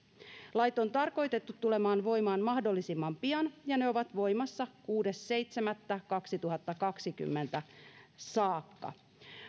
lait on tarkoitettu tulemaan voimaan mahdollisimman pian ja ne ovat voimassa kuudes seitsemättä kaksituhattakaksikymmentä saakka